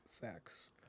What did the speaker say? Facts